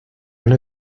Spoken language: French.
neuf